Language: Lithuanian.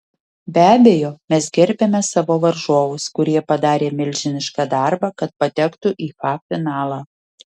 be abejo mes gerbiame savo varžovus kurie padarė milžinišką darbą kad patektų į fa finalą